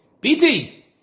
BT